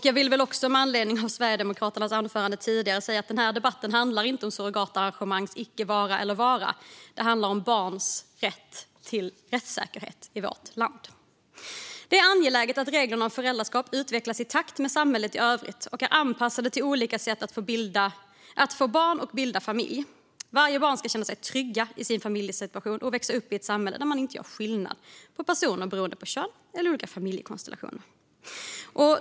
Jag vill också, med anledning av Sverigedemokraternas anförande tidigare, säga att den här debatten inte handlar om surrogatarrangemangs vara eller icke vara. Den handlar om barns rätt till rättssäkerhet i vårt land. Det är angeläget att reglerna om föräldraskap utvecklas i takt med samhället i övrigt och är anpassade till olika sätt att få barn och bilda familj. Varje barn ska känna sig tryggt i sin familjesituation och växa upp i ett samhälle där man inte gör skillnad på personer beroende på kön eller olika familjekonstellationer.